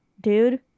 dude